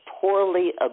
poorly